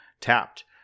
tapped